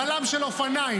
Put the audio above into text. בלם של אופניים,